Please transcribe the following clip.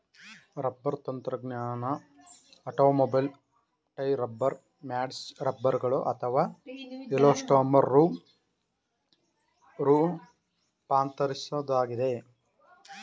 rubber ತಂತ್ರಜ್ಞಾನ automobile tyre rubber mats ರಬ್ಬರ್ಗಳು ಅಥವಾ ಎಲಾಸ್ಟೊಮರ್ ರೂಪಾಂತರಿಸೋದಾಗಿದೆ